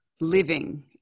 living